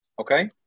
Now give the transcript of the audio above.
okay